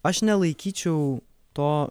aš nelaikyčiau to